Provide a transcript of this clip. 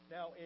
Now